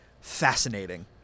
Fascinating